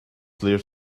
their